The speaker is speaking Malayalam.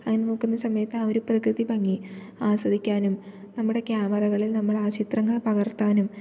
അങ്ങനെ നോക്കുന്ന സമയത്ത് ആ ഒരു പ്രകൃതി ഭംഗി ആസ്വദിക്കാനും നമ്മുടെ ക്യാമറകളിൽ നമ്മൾ ആ ചിത്രങ്ങൾ പകർത്താനും